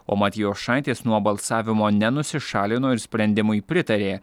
o matjošaitis nuo balsavimo nenusišalino ir sprendimui pritarė